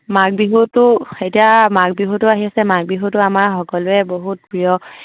মাঘ বিহুটো এতিয়া মাঘ বিহুটো আহি আছে মাঘ বিহুটো আমাৰ সকলোৰে বহুত প্ৰিয়